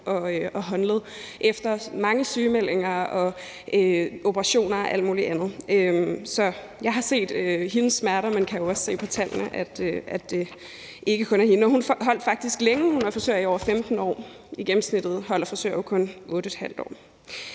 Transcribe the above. og havde haft mange sygemeldinger, operationer og alt muligt andet. Så jeg har set hendes smerter, men kan jo også se på tallene, at det ikke kun er hende. Hun holdt faktisk længe. Hun var frisør i over 15 år. I gennemsnittet holder frisører jo kun 8½ år.